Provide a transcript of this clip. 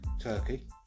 Turkey